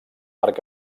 arc